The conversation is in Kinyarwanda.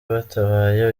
batabaye